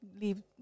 leave